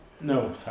No